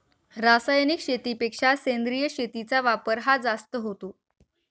रासायनिक शेतीपेक्षा सेंद्रिय शेतीचा वापर हा जास्त होतो